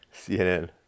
CNN